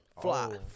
Fly